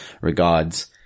regards